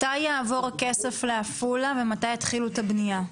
מתי יעבור הכסף לעפולה ומתי יתחילו את הבנייה?